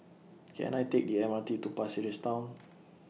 Can I Take The M R T to Pasir Ris Town